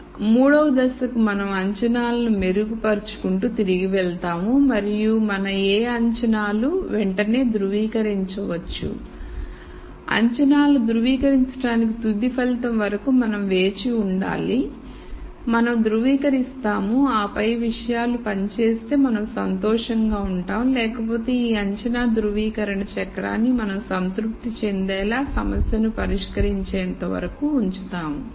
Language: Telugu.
కాబట్టి 3 వ దశ మనం అంచనాలను మెరుగుపరుచుకుంటూ తిరిగి వెళ్తాము మరియు మన ఏ అంచనాలు వెంటనే ధృవీకరించవచ్చు అంచనాలు ధృవీకరించడానికి తుది ఫలితం వరకు మనం వేచి ఉండాలి మనం ధృవీకరిస్తాము ఆపై విషయాలు పని చేస్తే మనం సంతోషంగా ఉంటాము లేకపోతే ఈ అంచనా ధ్రువీకరణ చక్రాన్ని మనం సంతృప్తి చెందేలా సమస్యను పరిష్కరించే అంతవరకు ఉంచుతాము